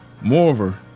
Moreover